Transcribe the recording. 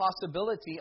possibility